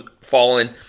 fallen